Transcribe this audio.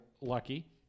lucky